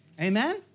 Amen